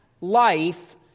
life